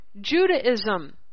Judaism